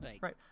Right